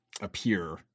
appear